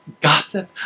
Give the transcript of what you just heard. gossip